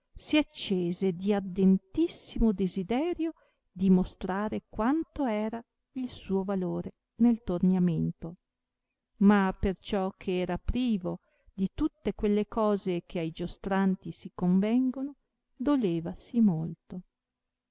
si accese di ardentissimo desiderio di mostrare quanto era il suo valore nel torniamento ma perciò che era privo di tutte quelle cose che ai giostranti si convengono dolevasi molto